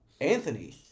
Anthony